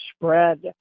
spread